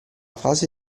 fase